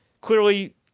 Clearly